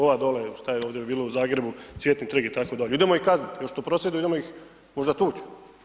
Ovo dolje, šta je ovdje bilo u Zagrebu, Cvjetni trg itd., idemo ih kazniti, to što prosvjeduju, idemo ih možda tući.